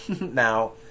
now